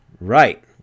Right